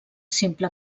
simple